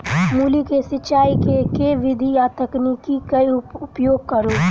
मूली केँ सिचाई केँ के विधि आ तकनीक केँ उपयोग करू?